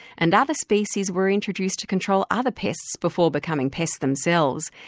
and other species were introduced to control other pests before becoming pests themselves.